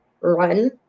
run